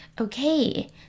Okay